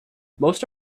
most